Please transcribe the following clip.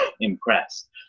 impressed